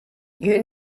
you